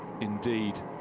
indeed